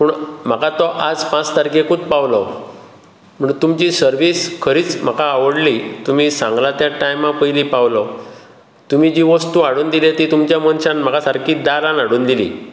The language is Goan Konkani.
पूण तो म्हाका आज पांच तारखेकुच पावलो म्हूण तुमची सर्वीस खरीच म्हाका आवडली तुमी सांगला त्या टायमा पयली पावलो तुमी जी वस्तू हाडून दिली ती तुमच्या मनशान म्हाका सारकी दारांत हाडून दिली